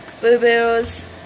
boo-boos